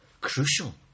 Crucial